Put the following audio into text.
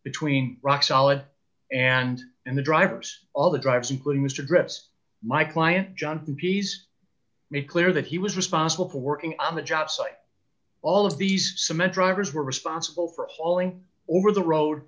between rock solid and in the drivers all the drivers equally mr grips my client john piece made clear that he was responsible for working on the jobsite all of these cement drivers were responsible for hauling over the road